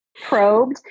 Probed